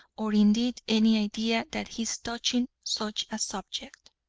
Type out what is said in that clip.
or indeed any idea that he is touching such a subject,